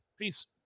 Peace